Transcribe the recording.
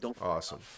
awesome